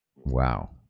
Wow